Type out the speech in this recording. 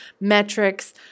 metrics